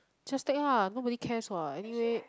just take lah nobody cares what anyway